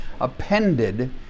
appended